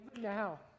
now